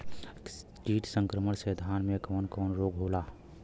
कीट संक्रमण से धान में कवन कवन रोग होला?